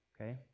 Okay